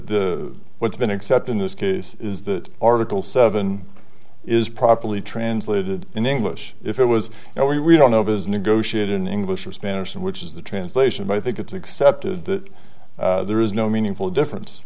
what's been except in this case is that article seven is properly translated in english if it was you know we don't know his negotiate in english or spanish which is the translation but i think it's accepted that there is no meaningful difference